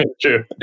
True